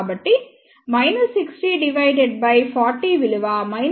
కాబట్టి 60 బై 40 విలువ 1